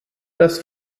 das